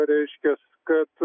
reiškias kad